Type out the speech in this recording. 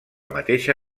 mateixa